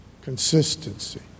consistency